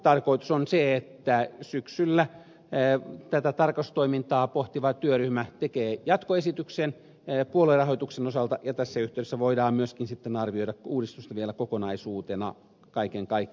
tarkoitus on se että syksyllä tätä tarkastustoimintaa pohtiva työryhmä tekee jatkoesityksen puoluerahoituksen osalta ja tässä yhteydessä voidaan myöskin sitten arvioida uudistusta vielä kokonaisuutena kaiken kaikkiaan